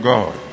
God